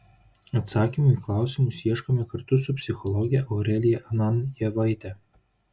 atsakymų į klausimus ieškome kartu su psichologe aurelija ananjevaite